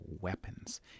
weapons